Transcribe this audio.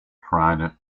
trident